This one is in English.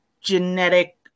genetic